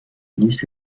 lisse